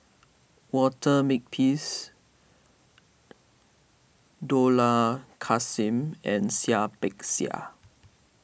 Walter Makepeace Dollah Kassim and Seah Peck Seah